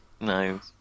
No